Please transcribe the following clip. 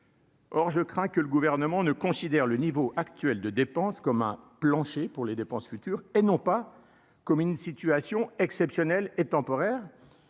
Or, je crains que le gouvernement ne considère le niveau actuel de dépenses comme un plancher pour les dépenses futures et non pas comme une situation exceptionnelle et temporaire